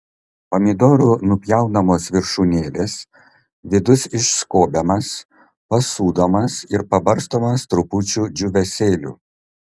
pomidorų nupjaunamos viršūnėlės vidus išskobiamas pasūdomas ir pabarstomas trupučiu džiūvėsėlių